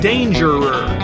Dangerer